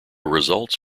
results